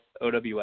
OWS